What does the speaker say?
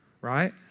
right